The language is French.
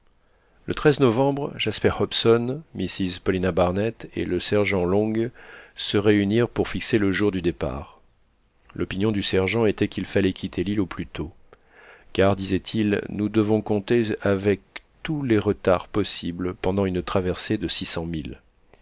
le novembre jasper hobson mrs paulina barnett et le sergent long se réunirent pour fixer le jour du départ l'opinion du sergent était qu'il fallait quitter l'île au plus tôt car disait-il nous devons compter avec tous les retards possibles pendant une traversée de